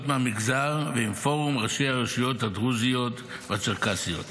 מהמגזר ועם פורום ראשי הרשויות הדרוזיות והצ'רקסיות.